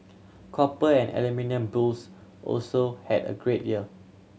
copper and aluminium bulls also had a great year